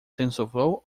tensorflow